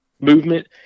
movement